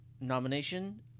nomination